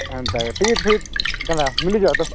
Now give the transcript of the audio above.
ଏନ୍ତାକେ ticket ଫିକେଟ୍ ମିଳିଗଲା ମିଳିଯିବ ତ